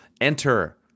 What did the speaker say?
enter